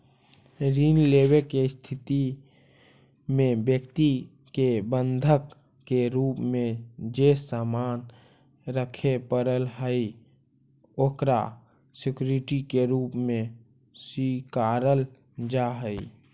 ऋण लेवे के स्थिति में व्यक्ति के बंधक के रूप में जे सामान रखे पड़ऽ हइ ओकरा सिक्योरिटी के रूप में स्वीकारल जा हइ